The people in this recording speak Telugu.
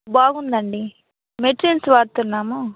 బాగుందండి మెడిసిన్స్ వాడుతున్నాము